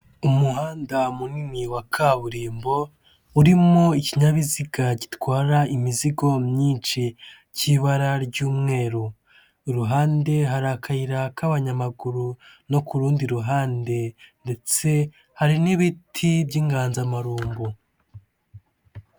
Umuhanda munini wa kaburimbo urimo ikinyabiziga gitwara imizigo myinshi cy'ibara ry'umweruru iruhande hari akayira k'abanyamaguru no ku rundi ruhande ndetse hari n'ibiti by'inganzamarumbu.